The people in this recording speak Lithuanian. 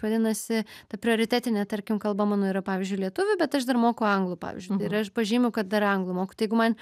vadinasi ta prioritetinė tarkim kalba mano yra pavyzdžiui lietuvių bet aš dar moku anglų pavyzdžiui aš pažymiu kad dar anglų moku tai jeigu man